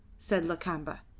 said lakamba.